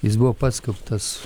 jis buvo paskelbtas